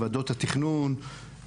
ועדות התכנון,